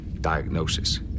diagnosis